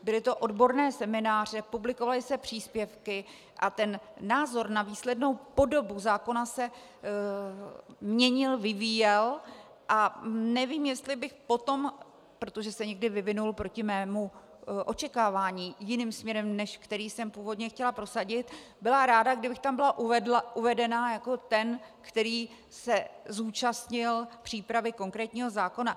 Byly to odborné semináře, publikovaly se příspěvky a názor na výslednou podobu zákona se měnil, vyvíjel, a nevím, jestli bych potom, protože se někdy vyvinul proti mému očekávání jiným směrem, než který jsem původně chtěla prosadit, byla ráda, abych tam byla uvedena jako ten, který se zúčastnil přípravy konkrétního zákona.